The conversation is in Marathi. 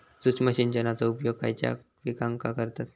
सूक्ष्म सिंचनाचो उपयोग खयच्या पिकांका करतत?